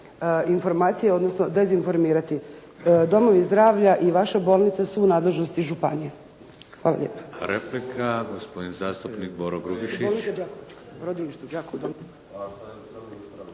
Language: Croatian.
informacije, odnosno dezinformirati. Domovi zdravlja i vaša bolnica su u nadležnosti županija. Hvala